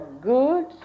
good